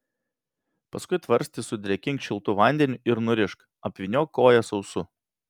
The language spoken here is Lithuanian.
paskui tvarstį sudrėkink šiltu vandeniu ir nurišk apvyniok koją sausu